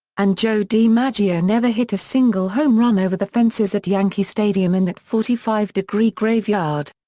and joe dimaggio never hit a single home run over the fences at yankee stadium in that forty five degree graveyard.